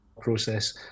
process